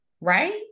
right